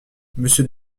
monsieur